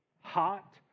hot